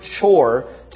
chore